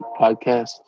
podcast